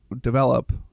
develop